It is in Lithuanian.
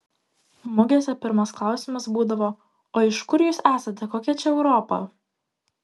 mugėse pirmas klausimas būdavo o iš kur jūs esate kokia čia europa